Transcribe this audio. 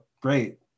great